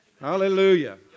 Hallelujah